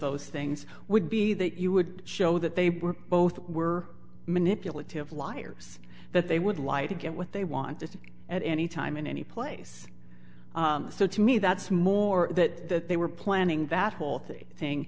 those things would be that you would show that they were both were manipulative liars that they would lie to get what they wanted at any time in any place so to me that's more that they were planning that whole